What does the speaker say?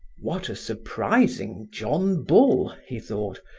what a surprising john bull, he thought,